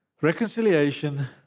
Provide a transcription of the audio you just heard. reconciliation